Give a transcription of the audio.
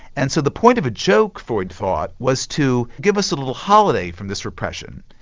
and so the point of a joke freud thought was to give us a little holiday from this repression.